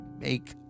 make